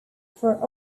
for